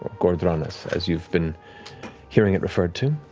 ghor dranas as you've been hearing it referred to.